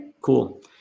cool